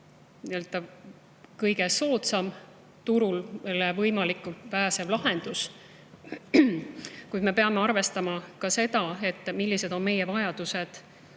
kõige soodsam turule pääsev lahendus. Kuid me peame arvestama ka seda, millised on meie vajadused